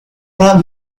pas